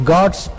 God's